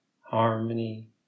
harmony